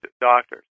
doctors